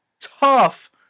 tough